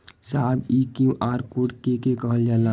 साहब इ QR code के के कहल जाला?